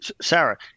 Sarah